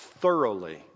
thoroughly